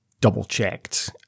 double-checked